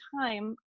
time